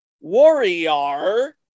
Warrior